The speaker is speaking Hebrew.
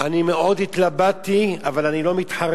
אני מאוד התלבטתי, אבל אני לא מתחרט.